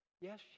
Yes